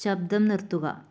ശബ്ദം നിർത്തുക